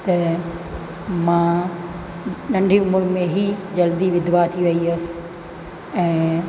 त मां नंढी उमिरि में ई जल्दी विधवा थी वई हुअसि ऐं